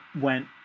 went